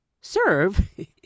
serve